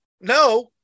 no